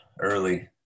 early